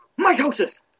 Mitosis